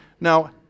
Now